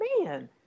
man